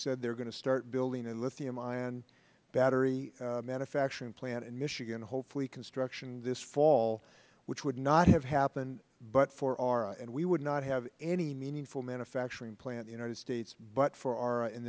said they are going to start building a lithium ion battery manufacturing plant in michigan hopefully construction this fall which would not have happened but for arra and we would not have any meaningful manufacturing plant in the united states but for arra in